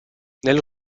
nello